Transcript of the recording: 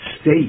state